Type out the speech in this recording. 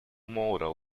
model